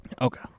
Okay